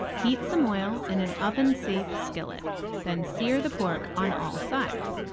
heat some oil in an oven-safe skillet then sear the pork on all sides.